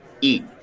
eat